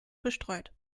bestreut